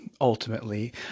ultimately